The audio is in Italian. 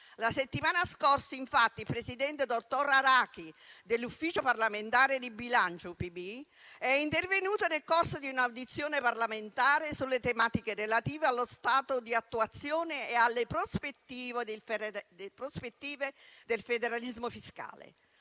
La settimana scorsa, infatti, il presidente, dottor Arachi dell'Ufficio parlamentare di bilancio (UPB) è intervenuto nel corso di un'audizione parlamentare sulle tematiche relative allo stato di attuazione e alle prospettive del federalismo fiscale,